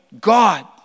God